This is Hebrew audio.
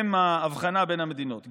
הם ההבחנה בין המדינות.